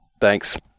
thanks